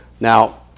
Now